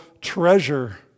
treasure